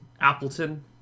Appleton